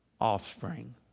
offspring